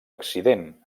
accident